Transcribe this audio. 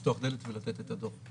לפתוח דלת ולתת את הדוח.